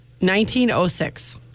1906